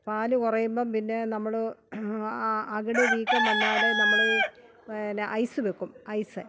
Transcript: പാൽ കുറയുമ്പം പിന്നെ നമ്മൾ അകിട് വീക്കം വന്നാൽ നമ്മൾ പിന്നെ ഐസ് വെക്കും ഐസ്